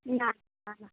না না না